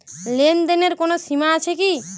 লেনদেনের কোনো সীমা আছে কি?